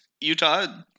Utah